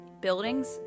Buildings